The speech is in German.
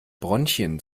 bronchien